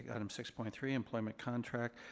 item six point three employment contract.